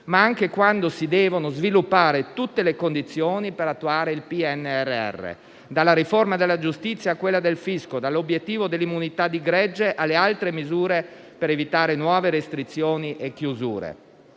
ma anche quando si devono sviluppare tutte le condizioni per attuare il PNRR, dalla riforma della giustizia, a quella del fisco, dall'obiettivo dell'immunità di gregge, alle altre misure per evitare nuove restrizioni e chiusure.